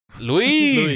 Luis